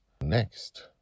next